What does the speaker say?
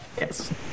Yes